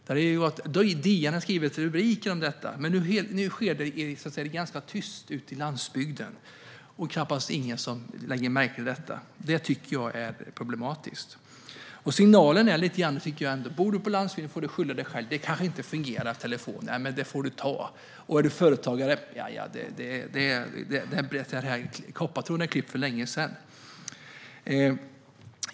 DN hade haft rubriker om det. Nu sker det dock ganska tyst ute på landsbygden, och det är knappt någon som lägger märke till det. Det tycker jag är problematiskt. Signalen är lite grann att den som bor på landsbygden får skylla sig själv. Telefonen kanske inte fungerar, men det får du ta. Är du företagare? Jaja, koppartråden är klippt för länge sedan.